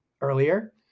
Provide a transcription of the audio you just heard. earlier